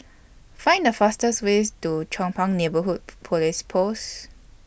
Find The fastest Way to Chong Pang Neighbourhood Police Post